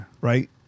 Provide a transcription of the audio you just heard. right